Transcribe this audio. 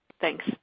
Thanks